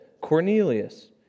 Cornelius